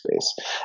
space